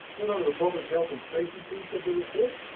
then under the public health and safety piece of the report,